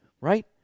right